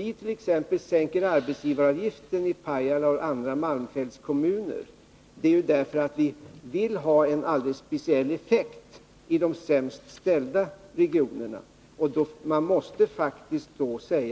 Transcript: vi t.ex. sänker arbetsgivaravgiften i Pajala och andra malmfältskommuner är givetvis att vi vill uppnå en speciell effekt i de sämst ställda regionerna.